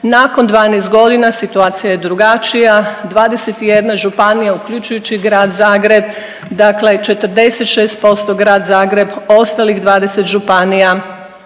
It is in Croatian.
Nakon 12 godina situacija je drugačija 21 županija uključujući i Grad Zagreb, dakle 46% Grad Zagreb, ostalih 20 županija